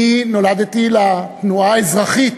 אני נולדתי לתנועה האזרחית,